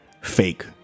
Fake